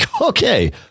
okay